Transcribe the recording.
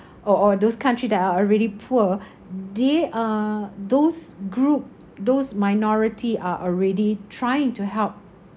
or or those country that are already poor they are those group those minority are already trying to help